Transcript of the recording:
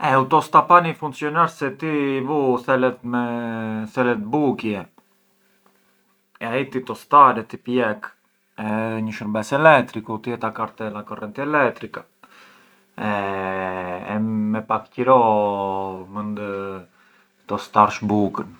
E u tostapani funcjonar se ti i vu thele me… thelet bukie e ai ti tostar e ti pjek, ë një shurbes elettricu, ti e takar te la correnti elettrica e me pak qro mënd tostarsh bukën.